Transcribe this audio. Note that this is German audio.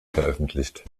veröffentlicht